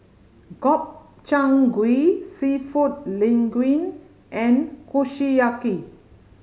Gobchang Gui Seafood Linguine and Kushiyaki